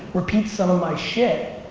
repeat some of my shit,